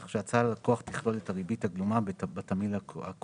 כך שההצעה ללקוח תכלול את הריבית הגלומה בתמהיל הכולל".